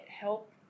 help